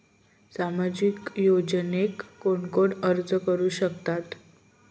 सामाजिक योजनेक कोण कोण अर्ज करू शकतत?